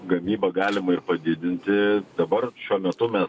gamybą galima ir padidinti dabar šiuo metu mes